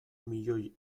milioi